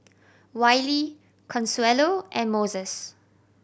Wylie Consuelo and Moses